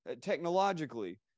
Technologically